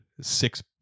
six